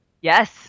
Yes